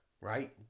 right